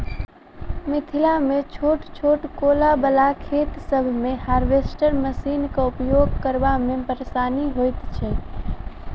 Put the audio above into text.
मिथिलामे छोट छोट कोला बला खेत सभ मे हार्वेस्टर मशीनक उपयोग करबा मे परेशानी होइत छै